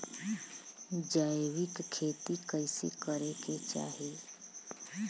जैविक खेती कइसे करे के चाही?